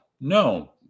No